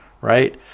right